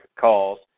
calls